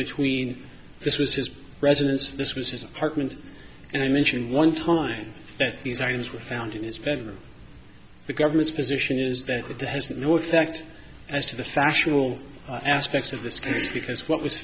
between this was his residence this was his apartment and i mentioned one time that these items were found in his bedroom the government's position is that it has no effect as to the fashionable aspects of this case because what was